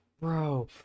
bro